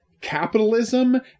capitalism